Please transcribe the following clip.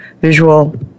Visual